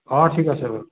অ' ঠিক আছে বাৰু